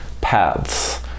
paths